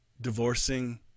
divorcing